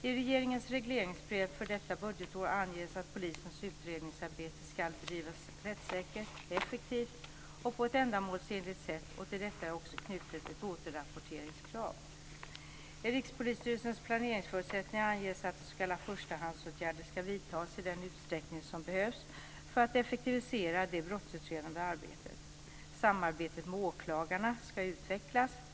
I regeringens regleringsbrev för detta budgetår anges att polisens utredningsarbete ska bedrivas på ett rättssäkert, effektivt och ändamålsenligt sätt, och till detta är också knutet ett återrapporteringskrav. I Rikspolisstyrelsens planeringsförutsättningar anges att s.k. förstahandsåtgärder ska vidtas i den utsträckning som behövs för att effektivisera det brottsutredande arbetet. Samarbetet med åklagarna ska utvecklas.